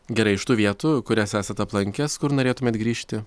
gerai iš tų vietų kurias esat aplankęs kur norėtumėt grįžti